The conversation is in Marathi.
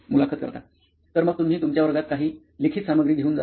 मुलाखत कर्ता तर मग तुम्ही तुमच्या वर्गात काही लिखित सामग्री घेऊन जाता का